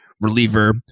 reliever